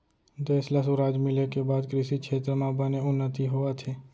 देस ल सुराज मिले के बाद कृसि छेत्र म बने उन्नति होवत हे